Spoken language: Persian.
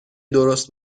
درست